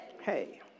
hey